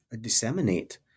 disseminate